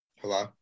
hello